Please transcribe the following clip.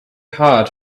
hard